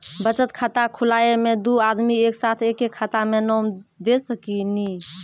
बचत खाता खुलाए मे दू आदमी एक साथ एके खाता मे नाम दे सकी नी?